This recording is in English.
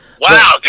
Wow